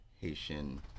Haitian